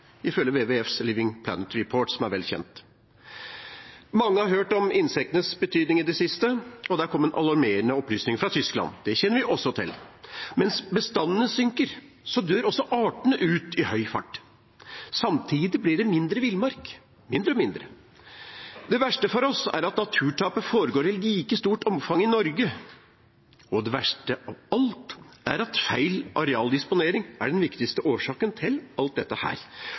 ifølge WWFs Living Planet Report, som er vel kjent. Mange har hørt om insektenes betydning i det siste, og det har kommet alarmerende opplysninger fra Tyskland. Det kjenner vi også til. Mens bestandene synker, dør også artene ut i høy fart. Samtidig blir det mindre villmark – mindre og mindre. Det verste for oss er at naturtapet foregår i like stort omfang i Norge, og det verste av alt er at feil arealdisponering er den viktigste årsaken til alt dette.